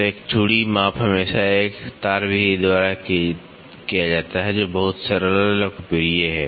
तो एक चूड़ी माप हमेशा एक तार विधि द्वारा किया जाता है जो बहुत सरल और लोकप्रिय है